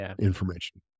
information